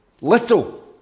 Little